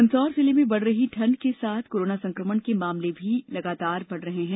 मन्दसौर जिले में बढ़ रही ठंड के साथ कोरोना संक्रमण के मामले भी बढ़ रहे है